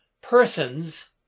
Persons